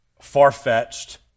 far-fetched